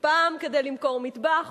פעם כדי למכור מטבח,